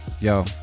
yo